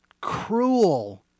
cruel